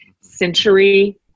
century